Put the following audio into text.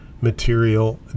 material